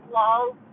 laws